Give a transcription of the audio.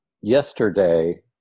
yesterday